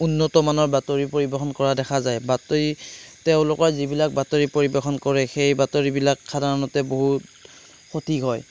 উন্নত মানৰ বাতৰি পৰিৱেশন কৰা দেখা যায় বাতৰি তেওঁলোকৰ যিবিলাক বাতৰি পৰিৱেশন কৰে সেই বাতৰিবিলাক সাধাৰণতে বহু সঠিক হয়